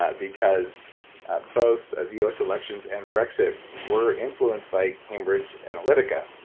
ah because ah both the us elections and brexit were influenced by cambridge analytica,